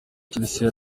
chelsea